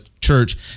church